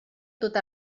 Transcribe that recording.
tot